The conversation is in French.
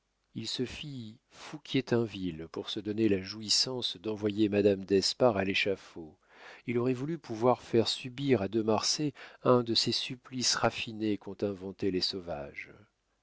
il se fit fouquier-tinville pour se donner la jouissance d'envoyer madame d'espard à l'échafaud il aurait voulu pouvoir faire subir à de marsay un de ces supplices raffinés qu'ont inventés les sauvages